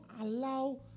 allow